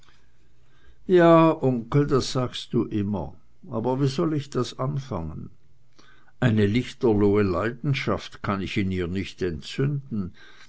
ja onkel das sagst du immer aber wie soll ich das anfangen eine lichterlohe leidenschaft kann ich in ihr nicht entzünden